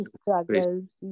struggles